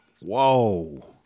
Whoa